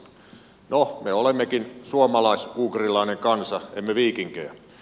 no me olemmekin suomalais ugrilainen kansa emme viikinkejä